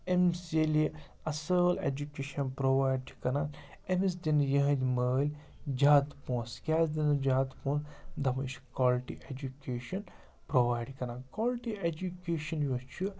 أمِس ییٚلہِ اَصٕل ایٚجُکیشَن پرٛووایڈ چھِ کَران أمِس دِنہٕ یِہٕنٛدۍ مٲلۍ جادٕ پۄنٛسہٕ کیٛازِ دِنس زیادٕ پونٛسہٕ دَپان یہِ چھُ کالٹی اٮ۪جُکیشَن پرٛووایڈ کَران کالٹی اٮ۪جُکیشَن یۄس چھِ